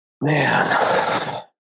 man